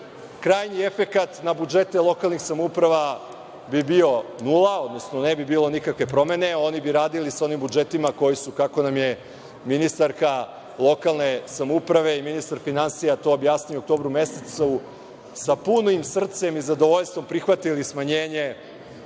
9%.Krajnji efekat na budžete lokalnih samouprava bi bio nula, odnosno ne bi bilo nikakve promene, oni bi radili sa onim budžetima koji su, kako su nam ministarka lokalne samouprave i ministar finansija to objasnili u oktobru mesecu, sa punim srcem i zadovoljstvom prihvatili smanjenje